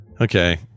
Okay